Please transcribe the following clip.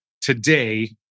today